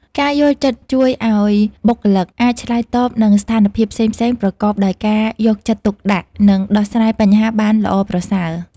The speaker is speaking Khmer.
ការយល់ចិត្តជួយឱ្យបុគ្គលិកអាចឆ្លើយតបនឹងស្ថានភាពផ្សេងៗប្រកបដោយការយកចិត្តទុកដាក់ និងដោះស្រាយបញ្ហាបានល្អប្រសើរ។